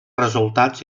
resultats